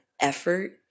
effort